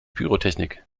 pyrotechnik